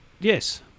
Yes